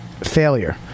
failure